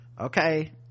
okay